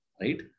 right